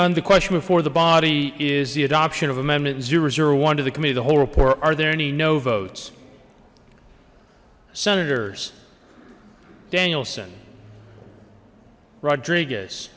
none the question before the body is the adoption of amendment zero zero one to the committee the whole report are there any no votes senators danielson rodriguez